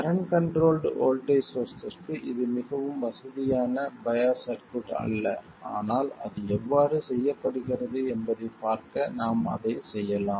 current controlled voltage சோர்ஸ்ஸிற்கு இது மிகவும் வசதியான பையாஸ் சர்க்யூட் அல்ல ஆனால் அது எவ்வாறு செய்யப்படுகிறது என்பதைப் பார்க்க நாம் அதைச் செய்யலாம்